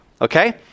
okay